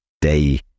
day